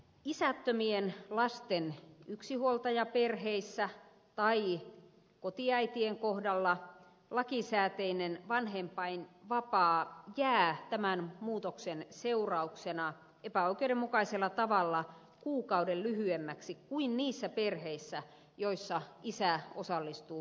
isättömien lasten yksinhuoltajaperheissä tai kotiäitien kohdalla lakisääteinen vanhempainvapaa jää tämän muutoksen seurauksena epäoikeudenmukaisella tavalla kuukauden lyhyemmäksi kuin niissä perheissä joissa isä osallistuu vauvan hoitoon